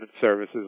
services